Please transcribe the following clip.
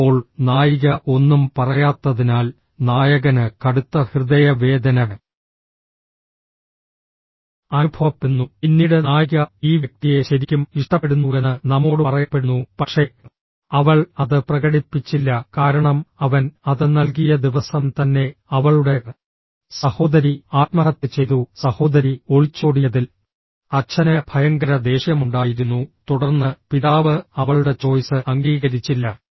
ഇപ്പോൾ നായിക ഒന്നും പറയാത്തതിനാൽ നായകന് കടുത്ത ഹൃദയ വേദന അനുഭവപ്പെടുന്നു പിന്നീട് നായിക ഈ വ്യക്തിയെ ശരിക്കും ഇഷ്ടപ്പെടുന്നുവെന്ന് നമ്മോട് പറയപ്പെടുന്നു പക്ഷേ അവൾ അത് പ്രകടിപ്പിച്ചില്ല കാരണം അവൻ അത് നൽകിയ ദിവസം തന്നെ അവളുടെ സഹോദരി ആത്മഹത്യ ചെയ്തു സഹോദരി ഒളിച്ചോടിയതിൽ അച്ഛന് ഭയങ്കര ദേഷ്യമുണ്ടായിരുന്നു തുടർന്ന് പിതാവ് അവളുടെ ചോയ്സ് അംഗീകരിച്ചില്ല